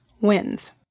wins